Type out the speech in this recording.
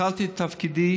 התחלתי את תפקידי,